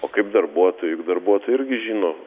o kaip darbuotojai juk darbuotojai irgi žino